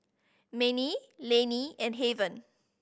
Manie Laney and Haven